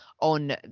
on